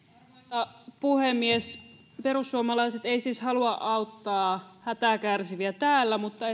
arvoisa puhemies perussuomalaiset eivät siis halua auttaa hätää kärsiviä täällä mutta